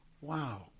Wow